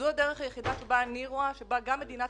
זו הדרך היחידה שאני רואה שבה גם מדינת